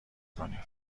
کنی